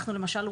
למשל,